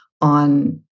on